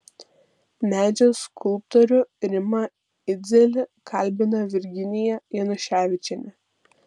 medžio skulptorių rimą idzelį kalbina virginija januševičienė